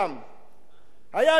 היה לי חלום, אדוני היושב-ראש.